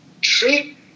treat